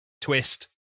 twist